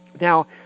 Now